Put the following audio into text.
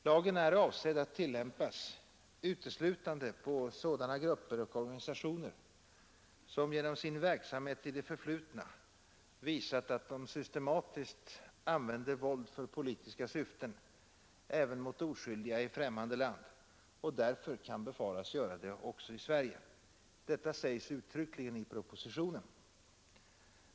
Lagen är avsedd att tillämpas uteslutande på sådana grupper och organisationer som genom sin verksamhet i det förflutna visat att de systematiskt använder våld för politiska syften även mot oskyldiga i ffrämmande land och därför kan befaras göra det också i Sverige. Detta sägs uttryckligen i propositionen.